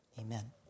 Amen